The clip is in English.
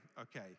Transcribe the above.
Okay